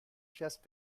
just